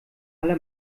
alle